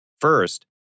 First